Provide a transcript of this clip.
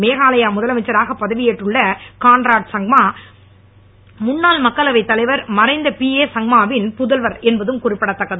மேகாலயா முதலமைச்சராக பதவியேற்றுள்ள திருகான்ராட் சங்மா முன்னாள் மக்களவை தலைவர் மறைந்த பிஏ சங்மா வின் புதல்வர் என்பதும் குறிப்பிடத்தக்கது